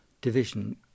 division